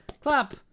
clap